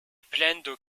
plendo